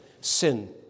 Sin